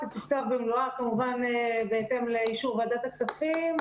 כמובן בהתאם לאישור ועדת הכספים,